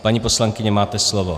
Paní poslankyně, máte slovo.